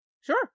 Sure